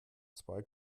zwei